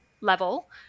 level